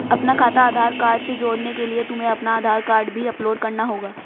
अपना खाता आधार कार्ड से जोड़ने के लिए तुम्हें अपना आधार कार्ड भी अपलोड करना होगा